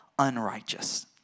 unrighteous